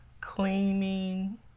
cleaning